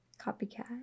Copycat